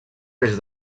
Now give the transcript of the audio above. des